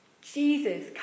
Jesus